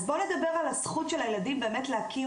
אז בואו נדבר על הזכות של הילדים באמת להכיר